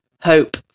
hope